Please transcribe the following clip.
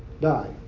die